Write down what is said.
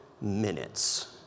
minutes